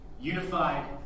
Unified